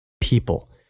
people